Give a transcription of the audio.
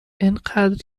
انقدر